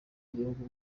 ibihugu